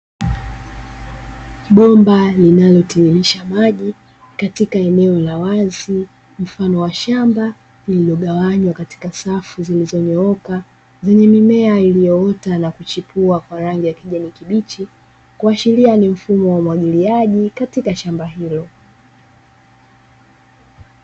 Bomba linalotiririsha maji katika eneo la wazi mfano wa shamba, lililo gawanywa katika safu zilizonyooka zenye mimea iliyoota na kuchipua kwa rangi ya kijani kibichi, kuashiria ni mfumo wa umwagiliaji katika shamba hilo.